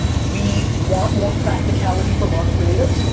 we want more practicality from our creatives,